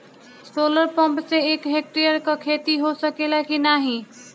Solar pump से एक hectare क खेती हो सकेला की नाहीं?